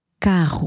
Carro